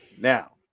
Now